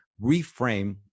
reframe